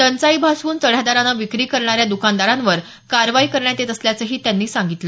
टंचाई भासवून चढ्या दरानं विक्री करणाऱ्या दुकानदारांवर कारवाई करण्यात येत असल्याचंही त्यांनी सांगितलं